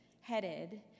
headed